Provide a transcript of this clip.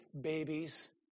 babies